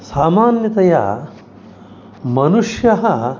सामान्यतया मनुष्यः